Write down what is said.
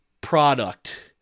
product